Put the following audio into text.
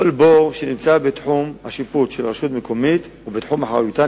כל בור שנמצא בתחום השיפוט של רשות המקומית הוא בתחום אחריותה,